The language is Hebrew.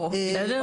בסדר?